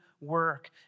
work